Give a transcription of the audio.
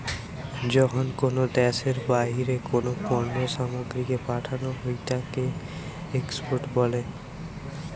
যখন কোনো দ্যাশের বাহিরে কোনো পণ্য সামগ্রীকে পাঠানো হই তাকে এক্সপোর্ট বলে